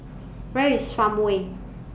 Where IS Farmway